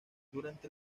durante